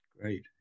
Great